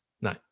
no